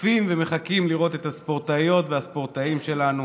צופים ומחכים לראות את הספורטאיות והספורטאים שלנו